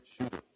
shooter